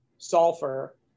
sulfur